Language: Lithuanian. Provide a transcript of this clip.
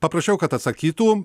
paprašiau kad atsakytų